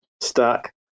stack